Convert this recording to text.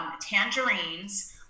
tangerines